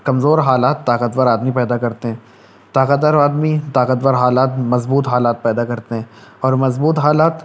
کمزور حالات طاقت ور آدمی پیدا کرتے ہیں طاقت ور آدمی طاقت ور حالات مضبوط حالات پیدا کرتے ہیں اور مضبوط حالات